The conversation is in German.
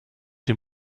dem